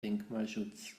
denkmalschutz